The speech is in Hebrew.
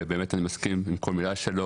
ואני מסכים עם כל מילה שלו,